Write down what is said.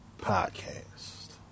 podcast